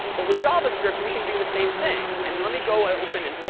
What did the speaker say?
but with javascript, we can do the same thing. and let me go ah open and oh,